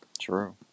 True